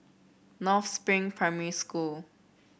North Spring Primary School